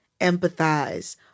empathize